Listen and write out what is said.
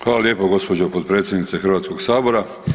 Hvala lijepo gospođo potpredsjednice Hrvatskoga sabora.